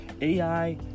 AI